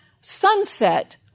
sunset